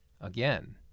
again